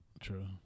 True